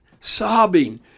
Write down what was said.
sobbing